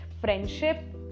friendship